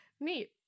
neat